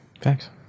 Thanks